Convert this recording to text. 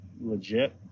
legit